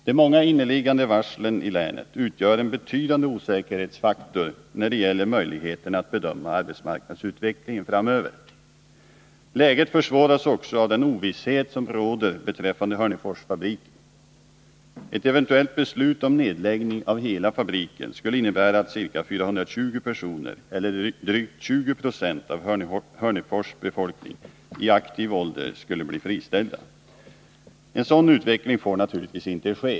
De många inneliggande varslen i länet utgör en betydande osäkerhetsfaktor när det gäller möjligheterna att bedöma arbetsmarknadsutvecklingen framöver. Läget försvåras också av den ovisshet som råder beträffande Hörneforsfabriken. Ett eventuellt beslut om nedläggning av hela fabriken skulle innebära att ca 420 personer, eller drygt 20 90 av Hörnefors befolkning i aktiva åldrar, skulle bli friställda. En sådan utveckling får inte ske.